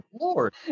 lord